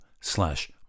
slash